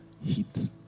heat